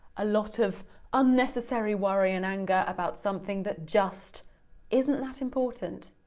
a lot of unnecessary worry and anger about something that just isn't that important.